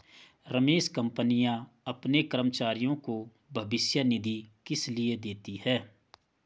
रमेश कंपनियां अपने कर्मचारियों को भविष्य निधि किसलिए देती हैं?